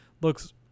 looks